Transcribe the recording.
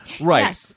Right